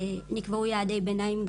נקבעו יעדי ביניים,